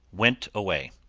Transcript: went away.